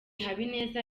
habineza